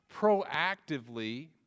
proactively